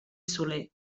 soler